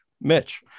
Mitch